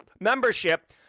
membership